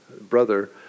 brother